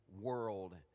world